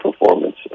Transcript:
performance